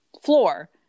floor